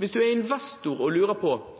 hvis du er investor